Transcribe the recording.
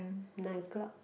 nine o-clock